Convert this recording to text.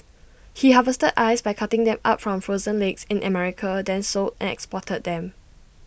he harvested ice by cutting them up from frozen lakes in America then sold and exported them